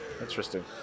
Interesting